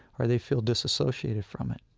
or they feel disassociated from it.